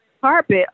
carpet